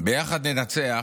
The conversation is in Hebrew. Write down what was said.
ביחד ננצח,